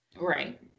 right